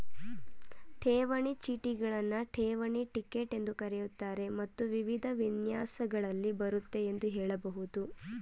ಠೇವಣಿ ಚೀಟಿಗಳನ್ನ ಠೇವಣಿ ಟಿಕೆಟ್ ಎಂದೂ ಕರೆಯುತ್ತಾರೆ ಮತ್ತು ವಿವಿಧ ವಿನ್ಯಾಸಗಳಲ್ಲಿ ಬರುತ್ತೆ ಎಂದು ಹೇಳಬಹುದು